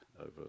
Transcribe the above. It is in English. over